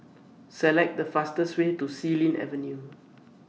Select The fastest Way to Xilin Avenue